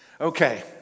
Okay